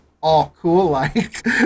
all-cool-like